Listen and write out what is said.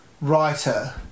writer